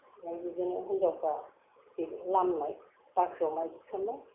ओमफ्राय बिदिनो हिनजावफ्रा बे लामनाय बाख्रियाव माइ थिसननाय